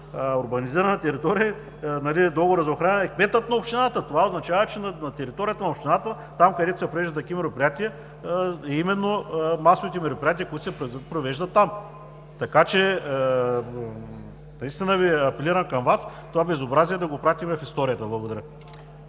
„урбанизирана територия“, договор за охрана и кметът на общината, а това означава, че на територията на общината – там, където се провеждат такива мероприятия, именно са масовите мероприятия, които се провеждат там. Наистина апелирам към Вас това безобразие да го пратим в историята. Благодаря.